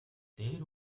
дээр